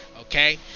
okay